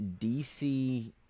DC –